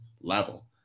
level